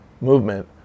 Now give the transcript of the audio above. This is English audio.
movement